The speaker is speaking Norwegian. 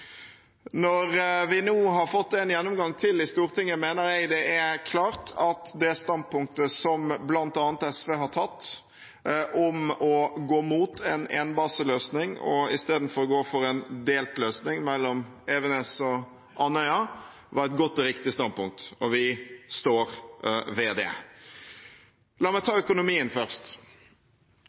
Når vi nå har fått en gjennomgang til i Stortinget, mener jeg det er klart at det standpunktet som bl.a. SV har tatt, om å gå imot en énbaseløsning og i stedet gå for en delt løsning mellom Evenes og Andøya, var et godt og riktig standpunkt, og vi står ved det. La meg ta økonomien først.